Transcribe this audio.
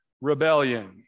rebellion